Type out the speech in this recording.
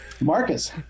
Marcus